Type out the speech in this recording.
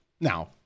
Now